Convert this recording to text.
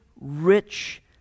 rich